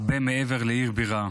הרבה מעבר לעיר בירה.